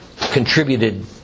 contributed